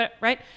right